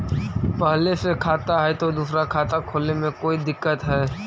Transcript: पहले से खाता है तो दूसरा खाता खोले में कोई दिक्कत है?